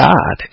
God